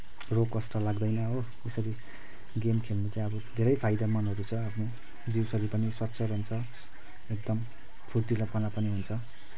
रोग कष्ट लाग्दैन हो त्यसरी गेम खेल्नु चाहिँ अब धेरै फाइदामन्दहरू छ आफ्नो जिउ शरीर पनि स्वास्थ्य रहन्छ एकदम फुर्तिलोपना पनि हुन्छ